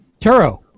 Turo